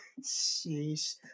Jeez